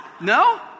No